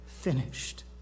finished